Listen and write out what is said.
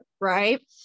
Right